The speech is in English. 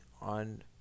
on